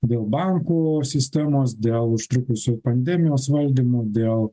dėl bankų sistemos dėl užtrukusių pandemijos valdymų dėl